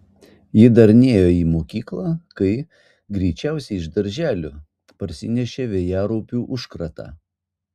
ji dar nėjo į mokyklą kai greičiausiai iš darželio parsinešė vėjaraupių užkratą